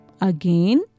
Again